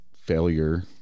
failure